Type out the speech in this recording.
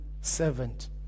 servant